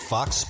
Fox